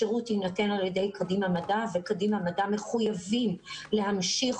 השירות יינתן על ידי ''קדימה מדע'' ו-''קדימה מדע'' מחויבים להמשיך,